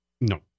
No